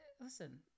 listen